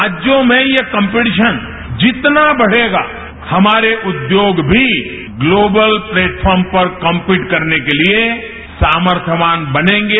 राज्यों में ये कॉम्पीटिशन जितना बढ़ेगा हमारे उद्योग भी ग्लोबल प्लेटफार्म पर कम्पीट करने के लिए सामर्थ्यवान बनेंगे